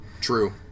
True